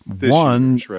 one